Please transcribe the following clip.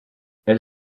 elle